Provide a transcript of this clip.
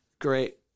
Great